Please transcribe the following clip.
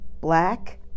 Black